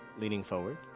leaning forward,